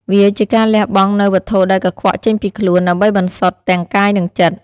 វាជាការលះបង់នូវវត្ថុដែលកខ្វក់ចេញពីខ្លួន ដើម្បីបន្សុទ្ធទាំងកាយនិងចិត្ត។